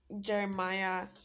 Jeremiah